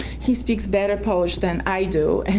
he speaks better polish than i do, and